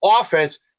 offense